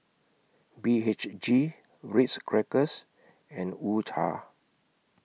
B H G Ritz Crackers and U Cha